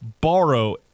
borrow